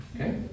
Okay